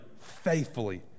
faithfully